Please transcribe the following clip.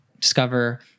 discover